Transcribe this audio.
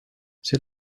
see